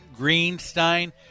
Greenstein